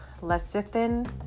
lecithin